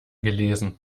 gelesen